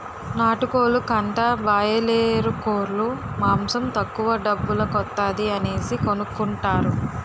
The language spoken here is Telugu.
నాటుకోలు కంటా బాయలేరుకోలు మాసం తక్కువ డబ్బుల కొత్తాది అనేసి కొనుకుంటారు